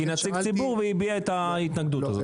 ----- כנציג ציבור והביע את ההתנגדות הזאת.